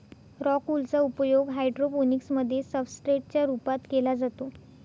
rock wool चा उपयोग hydroponics मध्ये सब्सट्रेट च्या रूपात केला जातो